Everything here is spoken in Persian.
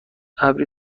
ابری